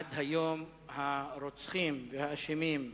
עד היום הרוצחים והאשמים,